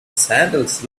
sandals